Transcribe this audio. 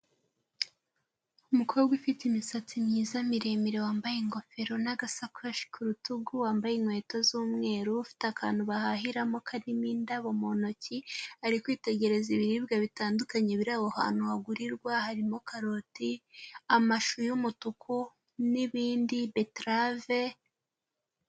Umukobwa ufite imisatsi myiza miremire wambaye ingofero n'agasakoshi ku rutugu, wambaye inkweto z'umweru, ufite akantu bahahiramo karimo indabo mu ntoki, ari kwitegereza ibiribwa bitandukanye biri aho hantu hagurirwa, harimo karoti, amashu y'umutuku, n'ibindi, beterave.